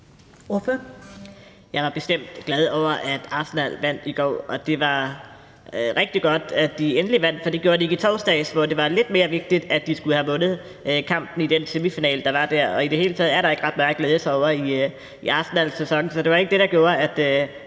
Jeg var bestemt glad over, at Arsenal vandt i går. Det var rigtig godt, at de endelig vandt, for det gjorde de ikke i torsdags, hvor det var lidt mere vigtigt. De skulle have vundet kampen i den semifinale, der var der. I det hele taget er der ikke ret meget at glæde sig over i Arsenals sæson, så det var ikke det, der gjorde, at